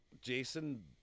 Jason